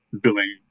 billing